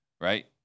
right